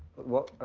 what,